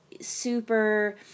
super